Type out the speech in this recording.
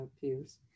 peers